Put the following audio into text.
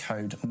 Code